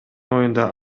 оюнда